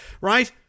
right